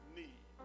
need